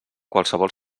qualsevol